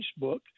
Facebook